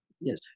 Yes